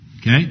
Okay